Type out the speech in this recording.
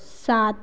सात